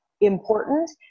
important